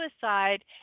suicide